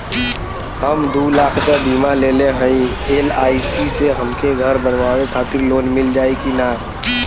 हम दूलाख क बीमा लेले हई एल.आई.सी से हमके घर बनवावे खातिर लोन मिल जाई कि ना?